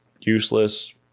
useless